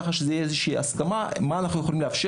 כך שתהיה איזושהי הסכמה מה אנחנו יכולים לאפשר